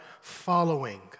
following